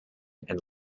and